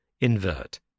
invert